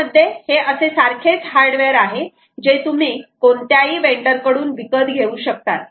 यामध्ये हे असे सारखेच हार्डवेअर आहे जे तुम्ही कोणत्याही वेंडर कडून विकत घेऊ शकतात